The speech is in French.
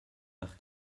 vers